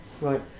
Right